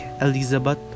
Elizabeth